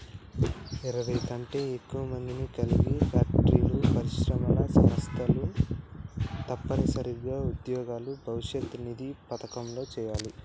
ఇరవై కంటే ఎక్కువ మందిని కలిగి ఫ్యాక్టరీలు పరిశ్రమలు సంస్థలు తప్పనిసరిగా ఉద్యోగుల భవిష్యత్ నిధి పథకంలో చేయాలి